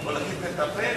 אתה יכול להגיד מטפל.